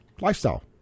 lifestyle